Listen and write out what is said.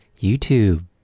YouTube